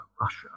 Russia